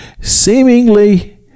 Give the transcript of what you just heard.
seemingly